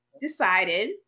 decided